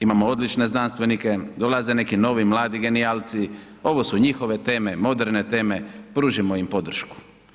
Imamo odlučne znanstvenike, dolaze neki novi mladi genijalci, ovo su njihove teme, moderne teme, pružimo im podršku.